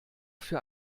für